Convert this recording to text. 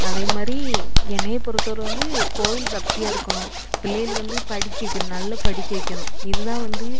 அதேமாதிரி என்னை பொறுத்தளவு வந்து கோயில் பக்தியாக இருக்கணும் பிள்ளைகள் வந்து படிக்க வைக்கணும் நல்லா படிக்க வைக்கணும் இதுதான் வந்து